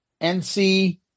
NC